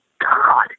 God